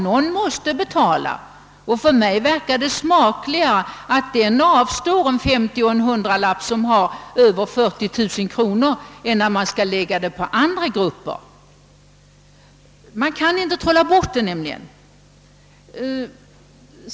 Någon måste betala, och för mig verkar det smakligare att den avstår en femtilapp eller en hundralapp som har över 40 000 kronor i inkomst än att kostnaderna läggs på andra grupper. Man kan nämligen inte trolla bort utgifterna.